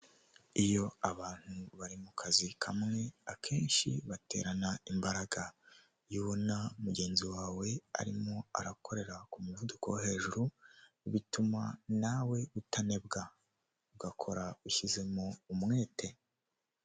Iyo abantu bari mu kazi kamwe, akenshi baterana imbaraga. Iyo ubona mugenzi wawe arimo arakorera ku muvuduko wo hejuru, bituma nawe utanebwa, ugakora ushyizemo umwete.